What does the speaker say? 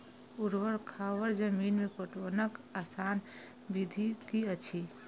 ऊवर खावर जमीन में पटवनक आसान विधि की अछि?